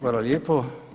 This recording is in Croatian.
Hvala lijepo.